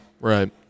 Right